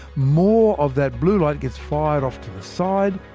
more of that blue light gets fired off to the side,